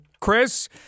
Chris